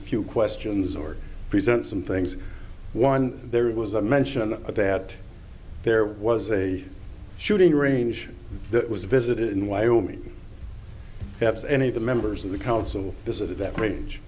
a few questions or present some things one there was a mention of that there was a shooting range that was visited in wyoming halves any of the members of the council is of that range